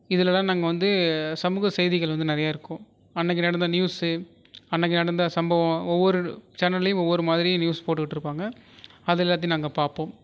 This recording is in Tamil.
இதெலலாம் நாங்கள் வந்து சமூக செய்திகள் வந்து நிறையா இருக்கும் அன்னிக்கி நடந்த நியூஸு அன்னிக்கி நடந்த சம்பவம் ஒவ்வொரு சேனல்லேயும் ஒவ்வொரு மாதிரி நியூஸ் போட்டுக்கிட்டு இருப்பாங்க அது எல்லாத்தையும் நாங்கள் பார்ப்போம்